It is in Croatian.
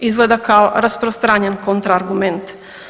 Izgleda kao rasprostranjen kontraargument.